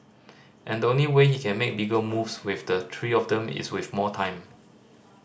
and the only way he can make bigger moves with the three of them is with more time